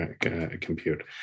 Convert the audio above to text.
compute